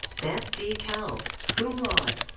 beth d. kalb, cum laude.